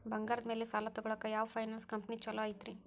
ಬಂಗಾರದ ಮ್ಯಾಲೆ ಸಾಲ ತಗೊಳಾಕ ಯಾವ್ ಫೈನಾನ್ಸ್ ಕಂಪನಿ ಛೊಲೊ ಐತ್ರಿ?